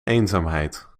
eenzaamheid